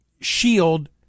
shield